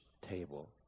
table